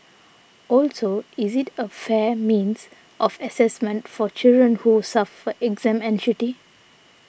also is it a fair means of assessment for children who suffer exam anxiety